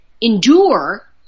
endure